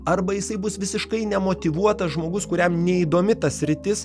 arba jisai bus visiškai nemotyvuotas žmogus kuriam neįdomi ta sritis